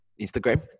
Instagram